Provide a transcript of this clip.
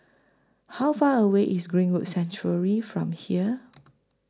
How Far away IS Greenwood Sanctuary from here